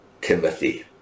Timothy